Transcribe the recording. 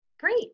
great